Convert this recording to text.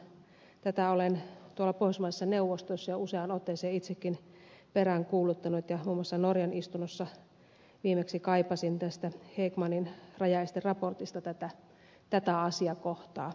tätä olen pohjoismaiden neuvostossa jo useaan otteeseen itsekin peräänkuuluttanut ja muun muassa norjan istunnossa viimeksi kaipasin tästä häggmanin rajaesteraportista tätä asiakohtaa esille